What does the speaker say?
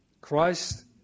Christ